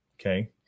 Okay